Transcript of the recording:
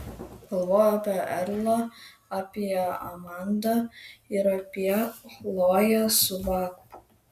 galvojo apie erlą apie amandą ir apie chloję su baku